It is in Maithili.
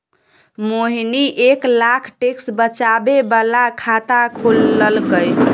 मोहिनी एक लाख टैक्स बचाबै बला खाता खोललकै